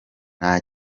nta